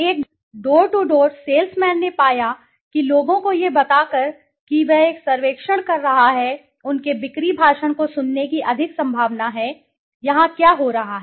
एक door to door salesman ने पाया कि लोगों को यह बताकर कि वह एक सर्वेक्षण कर रहा है उनके बिक्री भाषण को सुनने की अधिक संभावना है यहां क्या हो रहा है